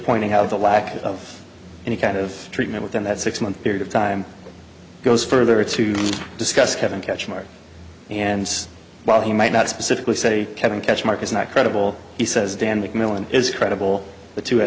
pointing out the lack of any kind of treatment within that six month period of time goes further to discuss kevin catch mark and while he might not specifically say kevin catch mark is not credible he says dan mcmillan is credible the two